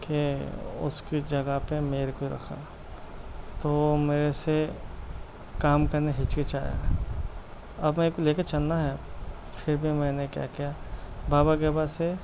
کہ اس کی جگہ پہ میرے کو رکھا تو میرے سے کام کرنے ہچکچایا اپنے کو لے کے چلنا ہے پھر بھی میں نے کیا کیا بابا کے پاس سے